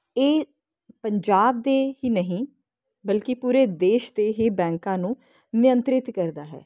ਇਹ ਪੰਜਾਬ ਦੇ ਹੀ ਨਹੀਂ ਬਲਕਿ ਪੂਰੇ ਦੇਸ਼ ਦੇ ਹੀ ਬੈਂਕਾਂ ਨੂੰ ਨਿਅੰਤਰਿਤ ਕਰਦਾ ਹੈ